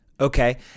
Okay